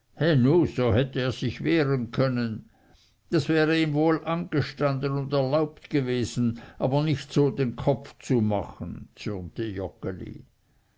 hätte er sich wehren können das wäre ihm wohl angestanden und erlaubt gewesen aber nicht so den kopf zu machen zürnte